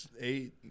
eight